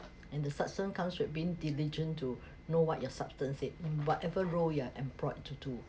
and the substance comes with being diligent to know what your substance is whatever role you're employed to do